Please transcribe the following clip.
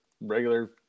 regular